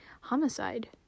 homicide